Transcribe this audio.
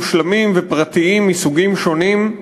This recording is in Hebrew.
מושלמים ופרטיים מסוגים שונים,